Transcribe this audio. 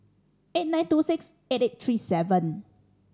eight nine two six eight eight three seven